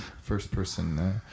first-person